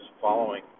following